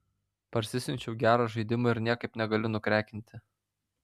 parsisiunčiau gerą žaidimą ir niekaip negaliu nukrekinti